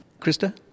Krista